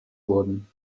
wurden